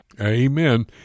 Amen